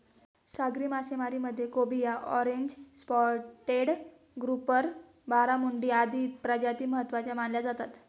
सागरी मासेमारीमध्ये cobia, orange spotted grouper, barramundi आदी प्रजाती महत्त्वाच्या मानल्या जातात